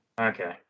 Okay